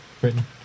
Britain